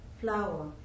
Flower